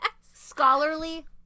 scholarly